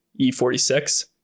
E46